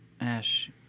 Ash